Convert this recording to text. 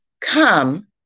come